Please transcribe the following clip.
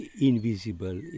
invisible